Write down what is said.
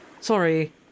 Sorry